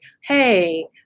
Hey